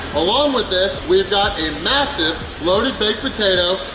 along with this, we've got a massive loaded baked potato,